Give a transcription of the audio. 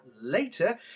later